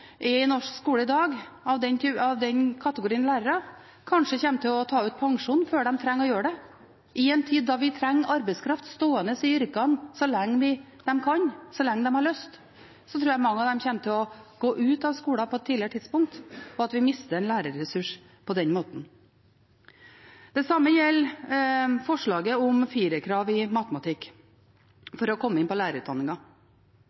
i norsk skole i dag, kanskje kommer til å ta ut pensjon før de hadde trengt å gjøre det – i en tid da vi trenger arbeidskraft som står i yrket så lenge de kan og har lyst. Jeg tror mange av dem kommer til å gå ut av skolen på et tidligere tidspunkt, og at vi på den måten mister en lærerressurs. Det samme gjelder forslaget om krav til 4 i